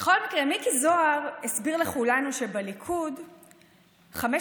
בכל מקרה, מיקי זוהר הסביר לכולנו שבליכוד חמשת